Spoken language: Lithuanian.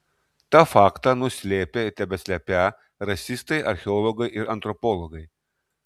tą faktą nuslėpę ir tebeslepią rasistai archeologai ir antropologai